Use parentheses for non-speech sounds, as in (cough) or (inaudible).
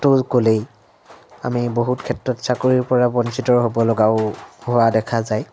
(unintelligible) ক'লেই আমি বহুত ক্ষেত্ৰত চাকৰিৰপৰা বঞ্চিত হ'ব লগাও হোৱা দেখা যায়